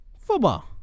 Football